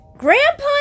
Grandpa